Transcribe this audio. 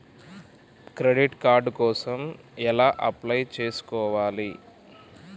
Credit card కోసం ఎలా apply చేసుకోవాలి?